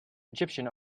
egyptian